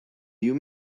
you